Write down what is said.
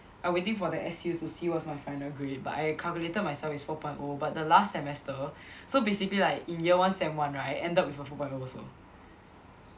I waiting for the S_U to see what's my final grade but I calculated myself is four point O but the last semester so basically like in year one sem one right I end up with a four point O also